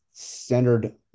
centered